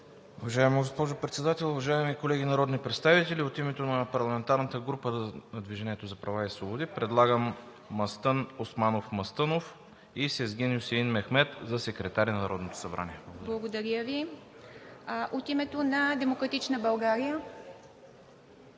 Уважаема госпожо Председател, уважаеми колеги народни представители! От името на парламентарната група на „Движението за права и свободи“ предлагам Мастън Османов Мастънов и Сезгин Юсеин Мехмед за секретари на Народното събрание. ПРЕДСЕДАТЕЛ ИВА МИТЕВА: Благодаря Ви. От името на „Демократична България“?